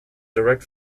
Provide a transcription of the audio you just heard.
direct